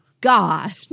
God